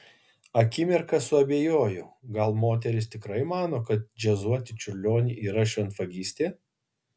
akimirką suabejojo gal moteris tikrai mano kad džiazuoti čiurlionį yra šventvagystė